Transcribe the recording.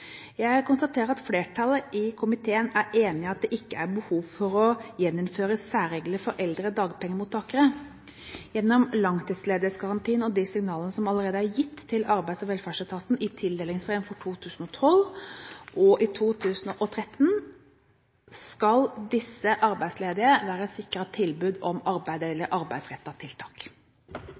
Jeg konstaterer at flertallet i komiteen er enig i at det ikke er behov for å gjeninnføre særregler for eldre dagpengemottakere. Gjennom langtidsledighetsgarantien og de signalene som allerede er gitt til Arbeids- og velferdsetaten i tildelingsbrevene for 2012 og 2013, skal disse arbeidsledige være sikret tilbud om arbeid eller arbeidsrettet tiltak.